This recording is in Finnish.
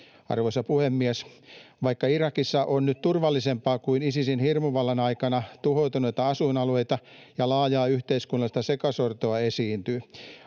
Arvoisa puhemies! Vaikka Irakissa on nyt turvallisempaa kuin Isisin hirmuvallan aikana, tuhoutuneita asuinalueita ja laajaa yhteiskunnallista sekasortoa esiintyy.